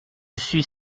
suis